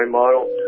model